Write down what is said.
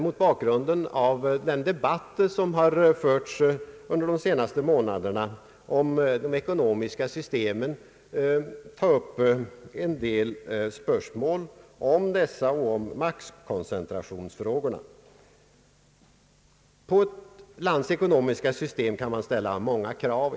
Mot bakgrunden av den debatt som förts under de senaste månaderna om de ekonomiska systemen vill jag, herr talman, ta upp en del spörsmål om dessa system och om maktkoncentrationsfrågorna. Man kan ställa många krav på ett lands ekonomiska system.